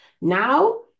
Now